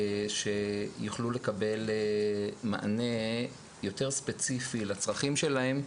שיוכלו לקבל מענה יותר ספציפי לצרכים שלהן.